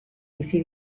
bizi